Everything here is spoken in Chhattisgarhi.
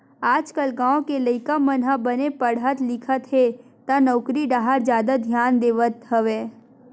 आजकाल गाँव के लइका मन ह बने पड़हत लिखत हे त नउकरी डाहर जादा धियान देवत हवय